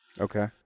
Okay